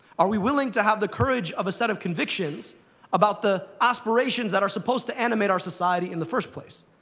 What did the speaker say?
are we willing to have the courage of a set of convictions about the aspirations that are supposed to animate our society in the first place?